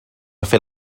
fer